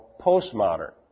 postmodern